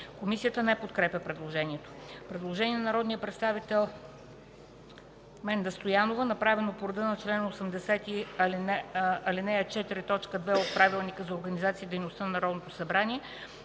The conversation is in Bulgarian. Комисията не подкрепя предложението. Предложение на народния представител Менда Стоянова, направено по реда на чл. 80, ал. 4, т. 2 от Правилника за организацията и дейността на Народното събрание.